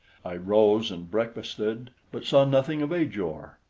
i rose and breakfasted, but saw nothing of ajor.